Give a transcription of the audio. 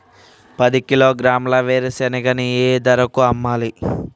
పది కిలోగ్రాముల వేరుశనగని ఏ ధరకు అమ్మాలి?